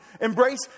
Embrace